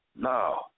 No